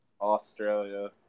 Australia